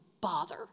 bother